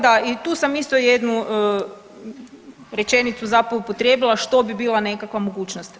Da, i tu sam isto jednu rečenicu zapravo upotrijebila što bi bila nekakva mogućnost.